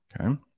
okay